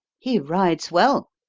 he rides well,